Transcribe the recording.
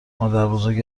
مادربزرگ